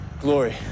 Glory